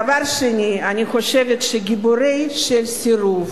דבר שני, אני חושבת שגיבורי סירוב